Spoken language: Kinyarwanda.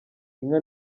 inka